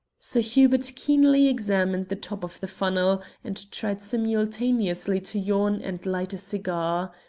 sir hubert keenly examined the top of the funnel, and tried simultaneously to yawn and light a cigar.